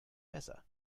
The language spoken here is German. besser